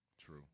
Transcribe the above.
True